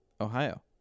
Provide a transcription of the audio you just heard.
Ohio